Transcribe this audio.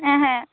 ᱦᱮᱸ ᱦᱮᱸ